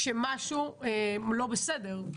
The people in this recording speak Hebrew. שמשהו לא בסדר.